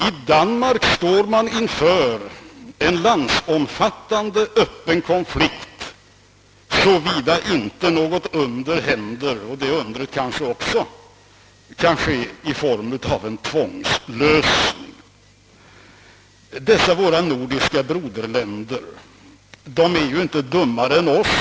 I Danmark står man inför en landsomfattande öppen konflikt, som kommer att bryta ut om inte något under sker. Det undret kan kanske komma i form av en tvångslösning. I våra nordiska broderländer är man nog inte dummare än vi.